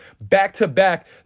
back-to-back